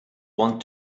want